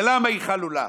ולמה היא חלולה?